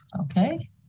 Okay